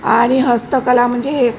आणि हस्तकला म्हणजे